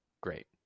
great